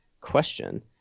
question